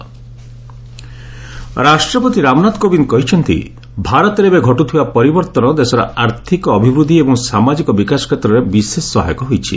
president Croatia ରାଷ୍ଟ୍ରପତି ରାମନାଥ କୋବିନ୍ଦ କହିଛନ୍ତି ଭାରତରେ ଏବେ ଘଟୁଥିବା ପରିବର୍ତ୍ତନ ଦେଶର ଆର୍ଥିକ ଅଭିବୃଦ୍ଧି ଏବଂ ସାମାଜିକ ବିକାଶ କ୍ଷେତ୍ରରେ ବିଶେଷ ସହାୟକ ହୋଇଛି